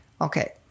Okay